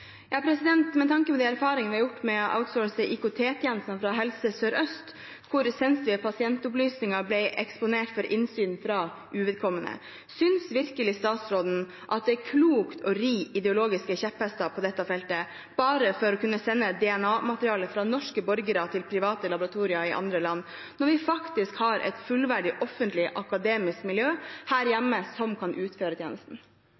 Med tanke på den erfaringen vi har gjort med å outsource IKT-tjenester fra Helse Sør-Øst, hvor sensitive pasientopplysninger ble eksponert for innsyn fra uvedkommende, synes virkelig statsråden at det er klokt å ri ideologiske kjepphester på dette feltet bare for å kunne sende DNA-materiale fra norske borgere til private laboratorier i andre land, når vi faktisk har et fullverdig offentlig, akademisk miljø her hjemme som kan utføre tjenesten?